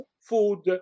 food